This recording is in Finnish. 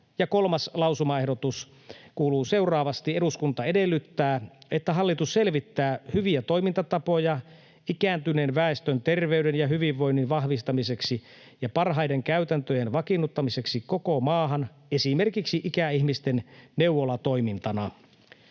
Kolmas lausumaehdotus kuuluu seuraavasti: ”Eduskunta edellyttää, että hallitus selvittää hyviä toimintatapoja ikääntyneen väestön terveyden ja hyvinvoinnin vahvistamiseksi ja parhaiden käytäntöjen vakiinnuttamiseksi koko maahan esimerkiksi ikäihmisten neuvolatoimintana.”